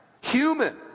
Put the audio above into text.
human